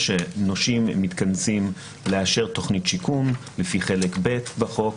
נושים מתכנסים לאשר תכנית שיקום לפי חלק ב' בחוק.